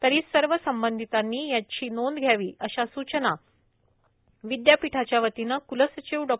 तरी सर्व संबंधितांनी याची नोंद घ्यावी अशी सूचना विद्यापीठाच्यावतीने क्लसचिव डॉ